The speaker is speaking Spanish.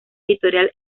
editorial